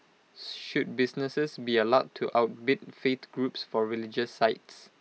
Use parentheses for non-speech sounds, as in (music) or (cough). (unintelligible) should businesses be allowed to outbid faith groups for religious sites